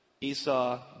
Esau